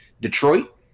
Detroit